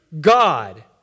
God